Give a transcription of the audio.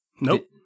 Nope